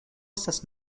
estas